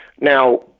Now